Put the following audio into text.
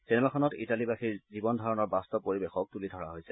চিনেমাখনত ইটালীবাসীৰ জীৱন ধাৰণৰ বাস্তৱ পৰিৱেশক তুলি ধৰা হৈছে